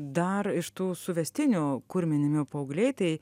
dar iš tų suvestinių kur minimi paaugliai tai